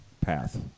path